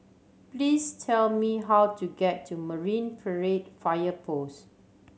please tell me how to get to Marine Parade Fire Post